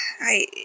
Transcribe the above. I-